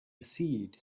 seed